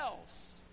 else